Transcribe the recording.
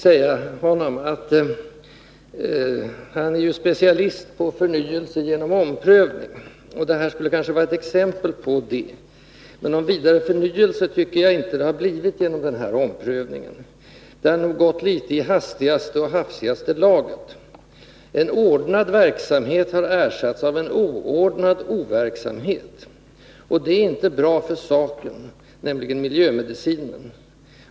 Han är ju specialist på förnyelse genom omprövning, och det här skulle kanske vara ett exempel på det. Men någon vidare förnyelse tycker jag inte att det har blivit genom den här omprövningen. Den har nog varit litet i hastigaste och hafsigaste laget. En ordnad verksamhet har ersatts av oordnad overksamhet, och det är inte bra för saken, nämligen miljömedicinen.